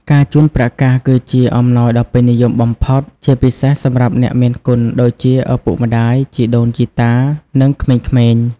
ការជូនប្រាក់កាស គឺជាអំណោយដ៏ពេញនិយមបំផុត ជាពិសេសសម្រាប់អ្នកមានគុណដូចជា ឪពុកម្តាយ ជីដូនជីតា និងក្មេងៗ។